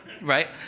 right